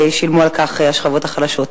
שילמו על כך השכבות החלשות.